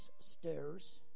stairs